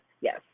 yes